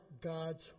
God's